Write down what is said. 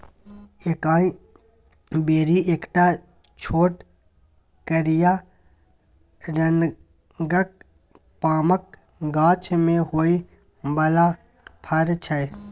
एकाइ बेरी एकटा छोट करिया रंगक पामक गाछ मे होइ बला फर छै